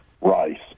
Rice